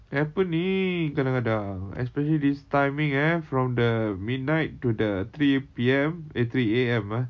happening kadang-kadang especially this timing eh from the midnight to the three P_M eh three A_M ah